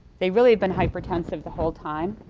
they really have been hypertensive the whole time.